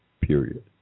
period